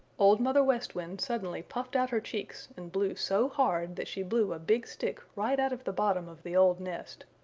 old mother west wind suddenly puffed out her cheeks and blew so hard that she blew a big stick right out of the bottom of the old nest.